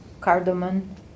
cardamom